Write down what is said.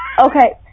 Okay